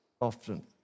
often